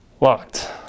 locked